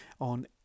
on